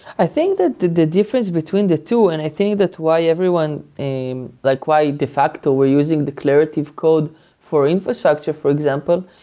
i think that the the difference between the two, and i think that's why everyone, like why de facto we're using declarative code for infrastructure, for example,